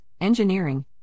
engineering